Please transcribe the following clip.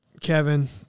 Kevin